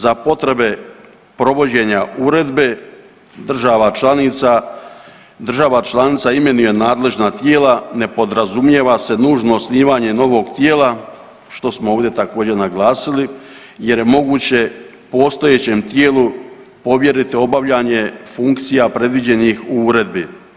Za potrebe provođenje uredbe država članica imenuje nadležna tijela, ne podrazumijeva se nužno osnivanje novog tijela, što smo ovdje također naglasili jer je moguće postojećem tijelu povjeriti obavljanje funkcija predviđenih u uredbi.